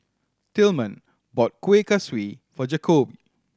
Tilman bought Kuih Kaswi for Jakobe